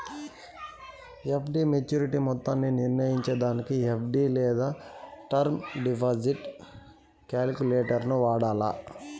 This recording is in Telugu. ఎఫ్.డి మోచ్యురిటీ మొత్తాన్ని నిర్నయించేదానికి ఎఫ్.డి లేదా టర్మ్ డిపాజిట్ కాలిక్యులేటరును వాడాల